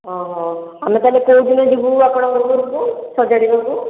ଓ ହୋ ଆମେ ତା'ହେଲେ କେଉଁ ଦିନ ଯିବୁ ଆପଣଙ୍କ ଘରକୁ ସଜାଡ଼ିବାକୁ